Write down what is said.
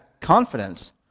confidence